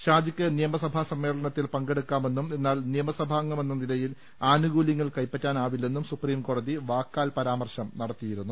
ഷാജിയ്ക്ക് നിയമ സഭാ സമ്മേളനത്തിൽ പങ്കെടുക്കാമെന്നും എന്നാൽ നിയ മസഭാംഗമെന്ന നിലയിൽ ആനുകൂലൃങ്ങൾ കൈപറ്റാ നാവില്ലെന്നും സുപ്രീംകോടതി വാക്കാൽ പരാമർശം നടത്തിയിരുന്നു